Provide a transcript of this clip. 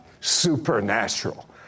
supernatural